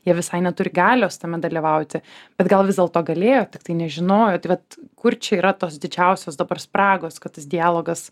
jie visai neturi galios tame dalyvauti bet gal vis dėlto galėjo tiktai nežinojo tai vat kur čia yra tos didžiausios dabar spragos kad tas dialogas